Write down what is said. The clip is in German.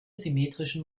symmetrischen